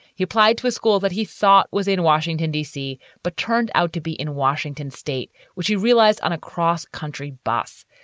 he applied to a school that he thought was in washington, d c, but turned out to be in washington state, which he realized on a cross country bus.